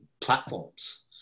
platforms